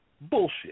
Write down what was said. bullshit